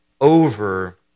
over